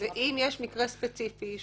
אם יש מקרה ספציפי,